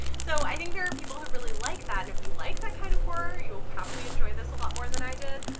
so i think there are people who really like that and if you like that kind of horror you'll probably enjoy this a lot more than i did.